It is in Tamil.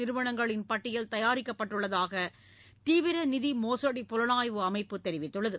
நிறுவனங்களின் பட்டியல் தயாரிக்கப்பட்டுள்ளதாக தீவிர நிதி மோசடி புலனாய்வு அமைப்பு தெரிவித்துள்ளது